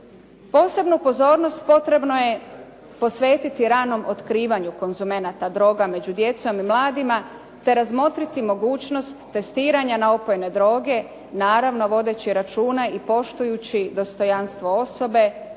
Posebnu pozornost potrebno je posvetiti ranom otkrivanju konzumenata među djecom i mladima te razmotriti mogućnost testiranja na opojne droge, naravno vodeći računa i poštujući dostojanstvo osobe,